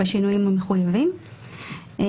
בשינויים המחויבים.".